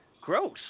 Gross